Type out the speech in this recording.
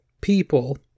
people